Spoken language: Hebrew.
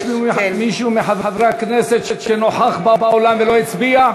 יש מישהו מחברי הכנסת שנוכח באולם ולא הצביע?